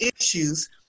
issues